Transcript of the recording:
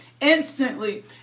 instantly